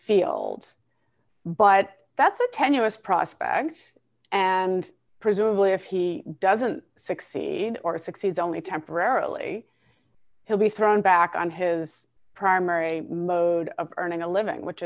failed but that's a tenuous prospect and presumably if he doesn't succeed and or succeeds only temporarily he'll be thrown back on his primary mode of earning a living which